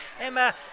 Emma